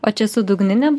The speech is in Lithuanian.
o čia su dugnine